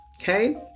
okay